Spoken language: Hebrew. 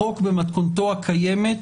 החוק במתכונתו הקיימת